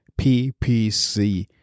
PPC